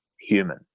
human